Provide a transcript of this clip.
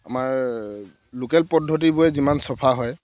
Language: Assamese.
আমাৰ লোকেল পদ্ধতিবোৰে যিমান চাফা হয়